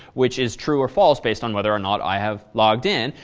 which is true or false base on whether or not i have logged in.